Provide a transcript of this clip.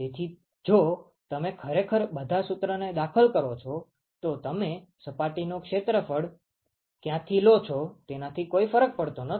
તેથી જો તમે ખરેખર બધા સૂત્ર ને દાખલ કરો છો તો તમે સપાટીનું ક્ષેત્રફળ ક્યાંથી લો છો તેનાથી કોઈ ફરક પડતો નથી